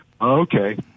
Okay